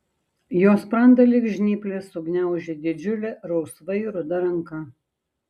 jo sprandą lyg žnyplės sugniaužė didžiulė rausvai ruda ranka